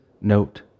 note